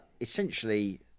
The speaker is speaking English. essentially